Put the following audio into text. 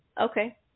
Okay